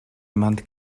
jemand